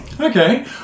Okay